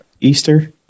Easter